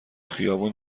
خیابون